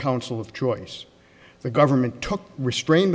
counsel of choice the government took restrain